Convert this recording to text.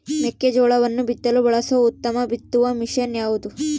ಮೆಕ್ಕೆಜೋಳವನ್ನು ಬಿತ್ತಲು ಬಳಸುವ ಉತ್ತಮ ಬಿತ್ತುವ ಮಷೇನ್ ಯಾವುದು?